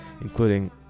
including